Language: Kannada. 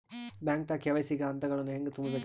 ಬ್ಯಾಂಕ್ದಾಗ ಕೆ.ವೈ.ಸಿ ಗ ಹಂತಗಳನ್ನ ಹೆಂಗ್ ತುಂಬೇಕ್ರಿ?